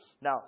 Now